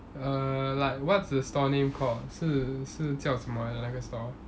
err like what's the store name call 是是叫什么来的那个 store